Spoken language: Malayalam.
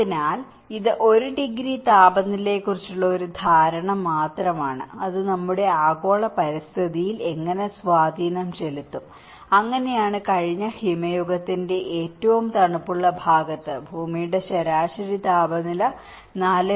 അതിനാൽ ഇത് 1 ഡിഗ്രി താപനിലയെക്കുറിച്ചുള്ള ഒരു ധാരണ മാത്രമാണ് അത് നമ്മുടെ ആഗോള പരിസ്ഥിതിയിൽ എങ്ങനെ സ്വാധീനം ചെലുത്തും അങ്ങനെയാണ് കഴിഞ്ഞ ഹിമയുഗത്തിന്റെ ഏറ്റവും തണുപ്പുള്ള ഭാഗത്ത് ഭൂമിയുടെ ശരാശരി താപനില 4